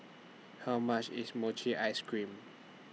How much IS Mochi Ice Cream